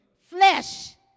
flesh